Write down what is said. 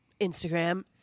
Instagram